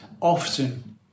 often